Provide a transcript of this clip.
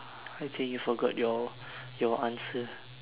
I think you forgot your your answer